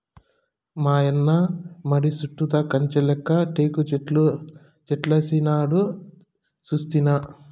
మాయన్న మడి చుట్టూతా కంచెలెక్క టేకుచెట్లేసినాడు సూస్తినా